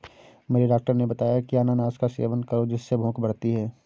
मेरे डॉक्टर ने बताया की अनानास का सेवन करो जिससे भूख बढ़ती है